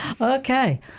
Okay